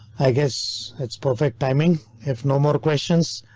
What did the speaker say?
i guess it's perfect timing. if no more questions.